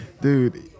Dude